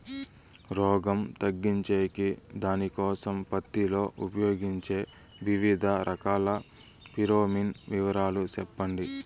రోగం తగ్గించేకి దానికోసం పత్తి లో ఉపయోగించే వివిధ రకాల ఫిరోమిన్ వివరాలు సెప్పండి